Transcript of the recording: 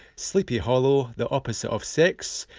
sleepy hollow, the opposite of sex,